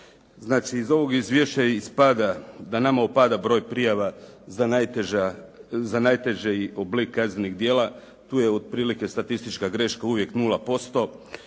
Znači, iz ovog izvješća ispada da nama opada broj prijava za najteži oblik kaznenih djela. Tu je otprilike statistička greška uvijek 0%